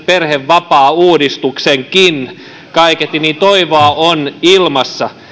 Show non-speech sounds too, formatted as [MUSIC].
[UNINTELLIGIBLE] perhevapaauudistuksenkin kaiketi toivoa on ilmassa